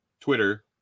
Twitter